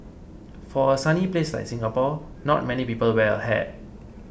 for a sunny place like Singapore not many people wear a hat